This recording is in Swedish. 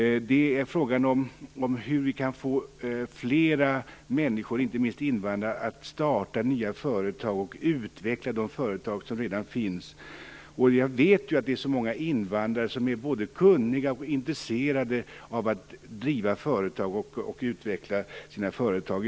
Frågan är hur vi kan få fler människor, inte minst invandrare, att starta nya företag och att utveckla de företag som redan finns. Jag vet att många invandrare är både kunniga och intresserade av att driva och utveckla företag.